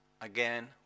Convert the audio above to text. Again